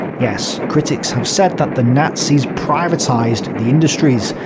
yes, critics have said that the nazis privatizated the industries,